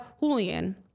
Julian